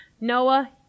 Noah